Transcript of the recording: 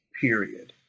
period